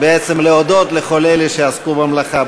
בעצם להודות לכל אלה שעסקו במלאכה.